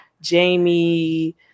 Jamie